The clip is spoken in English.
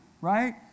Right